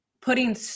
putting